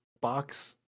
box